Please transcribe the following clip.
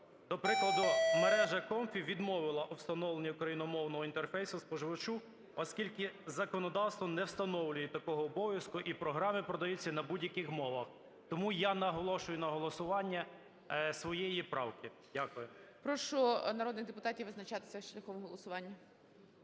До прикладу, мережа Comfy відмовила у встановленні україномовного інтерфейсу споживачу, оскільки законодавство не встановлює такого обов'язку, і програми продаються на будь-яких мовах. Тому я наголошую на голосуванні своєї правки. Дякую. ГОЛОВУЮЧИЙ. Прошу народних депутатів визначатися шляхом голосування.